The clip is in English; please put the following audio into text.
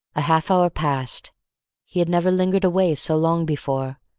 a half hour passed he had never lingered away so long before,